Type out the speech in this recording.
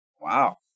Wow